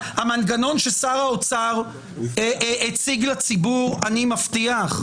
המנגנון ששר האוצר הציג לציבור שאני מבטיח?